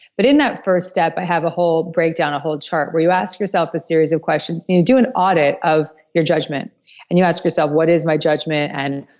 but in that first step i have a whole breakdown, a whole chart where you ask yourself a series of questions. and you do an audit of your judgment and you ask yourself what is my judgment and